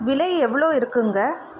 விலை எவ்வளோ இருக்குதுங்க